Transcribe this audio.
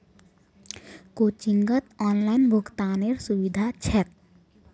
कोचिंगत ऑनलाइन भुक्तानेरो सुविधा छेक